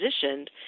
positioned